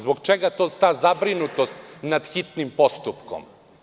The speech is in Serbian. Zbog čega ta zabrinutost nad hitnim postupkom?